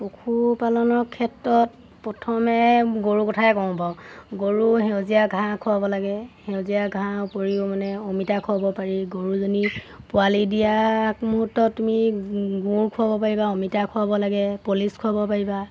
পশুপালনৰ ক্ষেত্ৰত প্ৰথমে গৰুৰ কথাই কওঁ বাৰু গৰু সেউজীয়া ঘাঁহ খুৱাব লাগে সেউজীয়া ঘাঁহ উপৰিও মানে অমিতা খুৱাব পাৰি গৰুজনী পোৱালি দিয়াৰ মুহূৰ্তত তুমি গুৰ খুৱাব পাৰিবা অমিতা খুৱাব লাগে পলিচ খুৱাব পাৰিবা